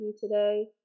today